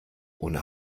ohne